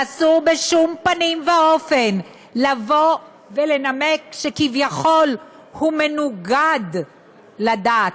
ואסור בשום פנים ואופן לבוא ולנמק שכביכול הוא מנוגד לדת.